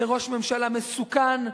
זה ראש ממשלה מסוכן,